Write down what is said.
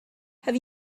have